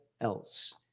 else